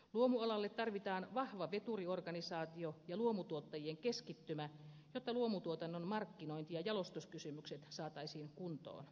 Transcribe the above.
luomualalle tarvitaan vahva veturiorganisaatio ja luomutuottajien keskittymä jotta luomutuotannon markkinointi ja jalostuskysymykset saataisiin kuntoon